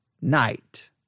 night